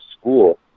school